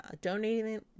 donating